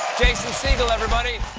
jason segel, everybody.